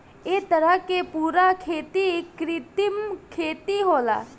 ए तरह के पूरा खेती कृत्रिम खेती होला